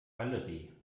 valerie